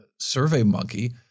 SurveyMonkey